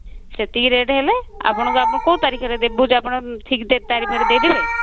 ସେତିକି ରେଟ୍ ହେଲେ ଆପଣଙ୍କୁ ଆମେ କୋଉ ତାରିଖରେ ଦେବେ ଆପଣ ଠିକ ତାରିଖରେ ଦେଇଦେବେ